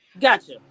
Gotcha